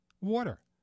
water